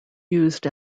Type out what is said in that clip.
used